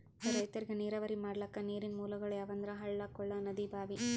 ರೈತರಿಗ್ ನೀರಾವರಿ ಮಾಡ್ಲಕ್ಕ ನೀರಿನ್ ಮೂಲಗೊಳ್ ಯಾವಂದ್ರ ಹಳ್ಳ ಕೊಳ್ಳ ನದಿ ಭಾಂವಿ